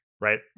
right